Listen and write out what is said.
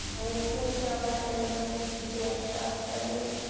it makes me feel like i need to be extra observant.